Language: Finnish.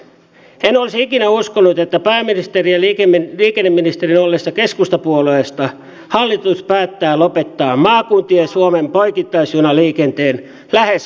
en olisi ikinä uskonut että pääministerin ja liikenneministerin ollessa keskustapuolueesta hallitus päättää lopettaa maakuntien suomen poikittaisjunaliikenteen lähes kokonaan